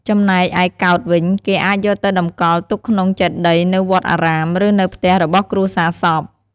ចំណែកឯកោដ្ឋវិញគេអាចយកទៅតម្កល់ទុកក្នុងចេតិយនៅវត្តអារាម ឬនៅផ្ទះរបស់គ្រួសារសព។